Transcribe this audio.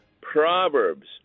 Proverbs